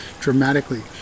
dramatically